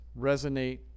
resonate